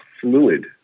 fluid